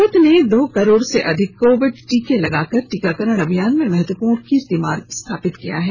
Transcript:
भारत ने दो करोड़ से अधिक कोविड टीके लगाकर टीकाकरण अभियान में महत्वपूर्ण कीर्तिमान स्थापित किया है